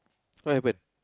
what happen